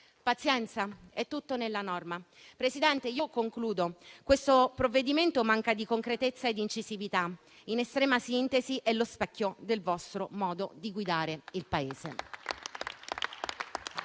Pazienza, è tutto nella norma. Signor Presidente, concludo ribadendo che questo provvedimento manca di concretezza ed incisività. In estrema sintesi, è lo specchio del vostro modo di guidare il Paese.